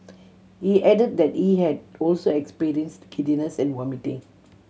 he added that he had also experienced giddiness and vomiting